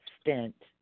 stint